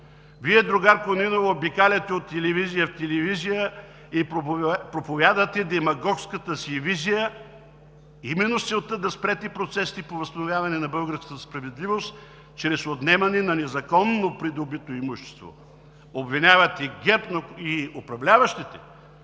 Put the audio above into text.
Вие, другарко Нинова, обикаляте от телевизия в телевизия и проповядвате демагогската си визия именно с целта да спрете процесите по възстановяване на българската справедливост чрез отнемане на незаконно придобито имущество. Обвинявате ГЕРБ и управляващите,